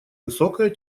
высокая